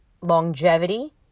longevity